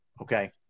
Okay